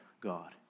God